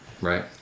Right